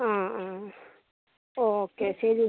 ആ ആ ഓക്കെ ശരി